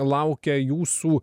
laukia jūsų